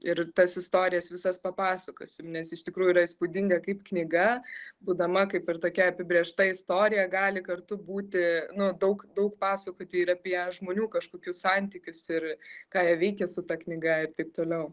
ir tas istorijas visas papasakosim nes iš tikrųjų yra įspūdinga kaip knyga būdama kaip ir tokia apibrėžta istorija gali kartu būti nu daug daug pasakoti ir apie žmonių kažkokius santykius ir ką jie veikė su ta knyga ir taip toliau